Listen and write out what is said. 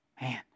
Man